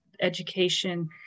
education